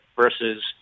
versus